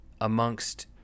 amongst